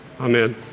amen